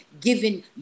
given